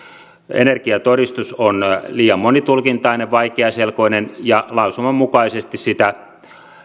energiatodistus on liian monitulkintainen vaikeaselkoinen ja lausuman mukaisesti sitä